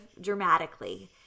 dramatically